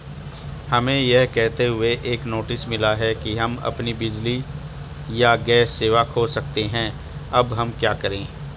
हमें यह कहते हुए एक नोटिस मिला कि हम अपनी बिजली या गैस सेवा खो सकते हैं अब हम क्या करें?